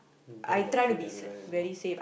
bang your feet everywhere you go